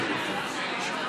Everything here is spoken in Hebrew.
(הישיבה נפסקה